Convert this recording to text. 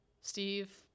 steve